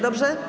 Dobrze?